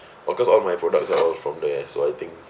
because all my products are all from there so I think